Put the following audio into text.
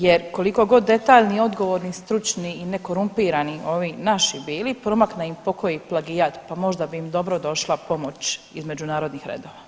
Jer koliko god detaljni odgovorni, stručni i nekorumpirani ovi naši bili promakne im pokoji plagijat, pa možda bi im dobro došla pomoć između narodnih redova.